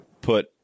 put